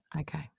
Okay